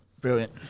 brilliant